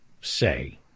say